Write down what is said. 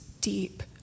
deep